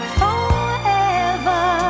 forever